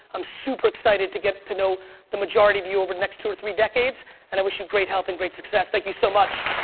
i'm super excited to get to know the majority of you over the next two or three decades and i wish you great health and great success. thank you so much.